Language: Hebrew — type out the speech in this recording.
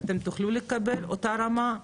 אתם תוכלו לקבל אותה רמה?